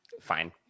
Fine